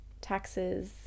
taxes